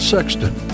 Sexton